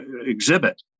exhibit